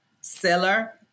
seller